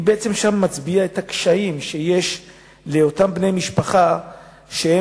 היא מצביעה שם על הקשיים שאותם בני משפחה חווים